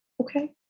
okay